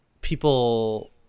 people